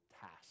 task